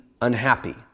unhappy